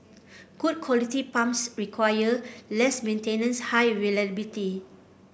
good quality pumps require less maintenance high reliability